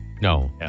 No